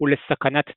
ולסכנת טביעה,